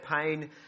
pain